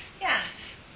Yes